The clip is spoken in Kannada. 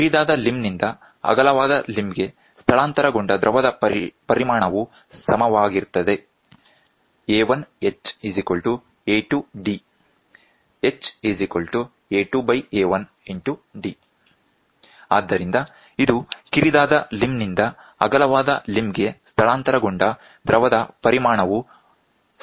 ಕಿರಿದಾದ ಲಿಂಬ್ ನಿಂದ ಅಗಲವಾದ ಲಿಂಬ್ ಗೆ ಸ್ಥಳಾಂತರಗೊಂಡ ದ್ರವದ ಪರಿಮಾಣವು ಸಮವಾಗಿರುತ್ತದೆ ಆದ್ದರಿಂದ ಇದು ಕಿರಿದಾದ ಲಿಂಬ್ ನಿಂದ ಅಗಲವಾದ ಲಿಂಬ್ ಗೆ ಸ್ಥಳಾಂತರಗೊಂಡ ದ್ರವದ ಪರಿಮಾಣವು ಸಮಾನವಾಗಿರಬೇಕು